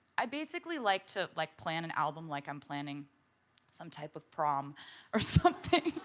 i basically like to like plan an album like i'm planning some type of prom or something.